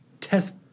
test